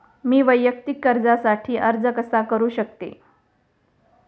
मी वैयक्तिक कर्जासाठी अर्ज कसा करु शकते?